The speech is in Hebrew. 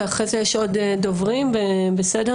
ואחרי זה יש עוד דוברים, בסדר?